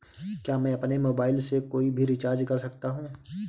क्या मैं अपने मोबाइल से कोई भी रिचार्ज कर सकता हूँ?